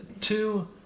Two